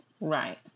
right